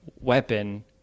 weapon